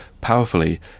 powerfully